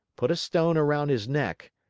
put a stone around his neck,